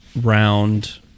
round